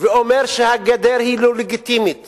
ואומר שהגדר היא לא לגיטימית